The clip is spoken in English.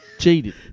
Cheated